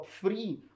free